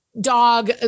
dog